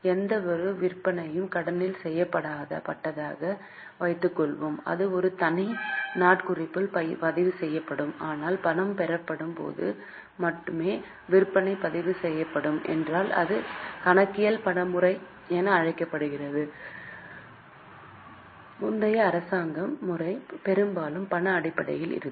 எந்தவொரு விற்பனையும் கடனில் செய்யப்பட்டதாக வைத்துக்கொள்வோம் அது ஒரு தனி நாட்குறிப்பில் பதிவு செய்யப்படும் ஆனால் பணம் பெறப்படும் போது மட்டுமே விற்பனை பதிவு செய்யப்படும் என்றால் இது கணக்கியல் பண முறை என அழைக்கப்படுகிறது முந்தைய அரசாங்க முறை பெரும்பாலும் பண அடிப்படையில் இருக்கும்